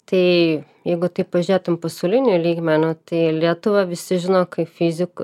tai jeigu taip pažiūrėtum pasauliniu lygmeniu tai lietuvą visi žino kaip fizikų